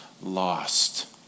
lost